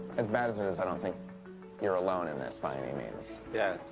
as bad as it is, i don't think you're alone in this by any means. yeah.